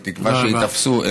בתקווה שייתפסו,